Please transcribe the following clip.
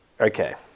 Okay